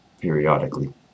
periodically